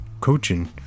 coaching